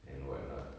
and what not